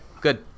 good